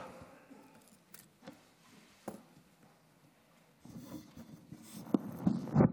בבקשה.